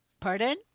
Pardon